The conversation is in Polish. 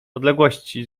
odległości